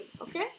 okay